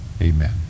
Amen